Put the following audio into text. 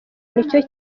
nicyo